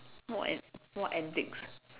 what an~ what antics